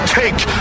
take